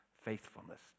faithfulness